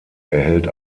erhält